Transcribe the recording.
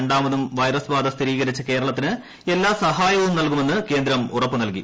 രണ്ടാമതും വൈറസ് ബാധ സ്ഥിരീകരിച്ച കേരളത്തിന് എല്ലാ സഹായവും നൽകുമെന്ന് കേന്ദ്രം ഉറപ്പു നൽകി